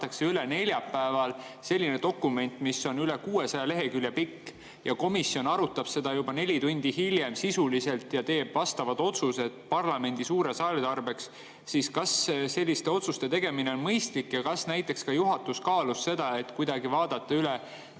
neljapäeval üle selline dokument, mis on üle 600 lehekülje pikk, ja komisjon arutab seda juba neli tundi hiljem sisuliselt ja teeb vastavad otsused parlamendi suure saali tarbeks, siis kas selliste otsuste tegemine on mõistlik? Kas juhatus kaalus ka näiteks seda, et kuidagi vaadata üle,